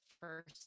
first